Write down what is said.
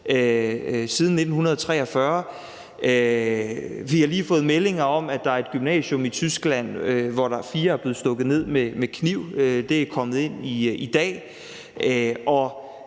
siden 1943. Vi har lige fået meldinger om, at der er et gymnasium i Tyskland, hvor fire personer er blevet stukket ned med kniv – det er kommet ind i dag.